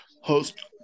host